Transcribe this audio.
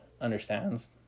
understands